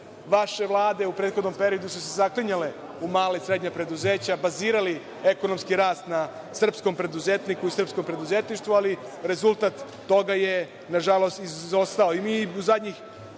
vaše vlade su se u prethodnom periodu zaklinjale u mala i srednja preduzeća, bazirali ekonomski rast na srpskom preduzetniku, srpskom preduzetništvu, ali rezultat toga je, nažalost, izostao. Mi u zadnjih,